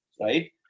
right